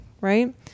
right